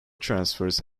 transfers